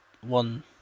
one